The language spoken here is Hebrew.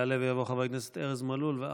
יעלה ויבוא חבר הכנסת ארז מלול, ואחריו,